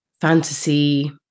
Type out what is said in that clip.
fantasy